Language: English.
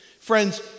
Friends